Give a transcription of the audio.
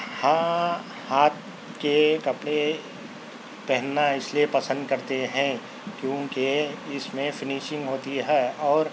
ہاں ہاتھ کے کپڑے پہننا اِس لئے پسند کرتے ہیں کیونکہ اِس میں فنیشنگ ہوتی ہے اور